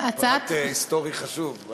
פרט היסטורי חשוב.